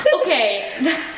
okay